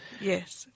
Yes